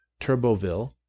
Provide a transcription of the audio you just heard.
Turboville